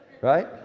Right